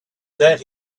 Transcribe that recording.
that